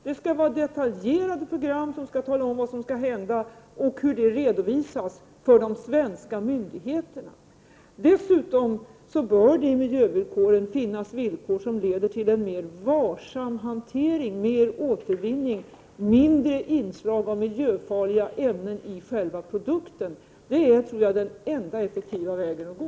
Det skall vara detaljerade program, som skall ange vad som skall hända och hur det redovisas för de svenska myndigheterna. Dessutom bör det i miljövillkoren finnas bestämmelser som leder till en mer varsam hantering — mer av återvinning och mindre inslag av miljöfarliga ämnen i själva produkten. Jag tror att det är den enda effektiva vägen att gå.